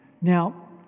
Now